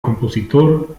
compositor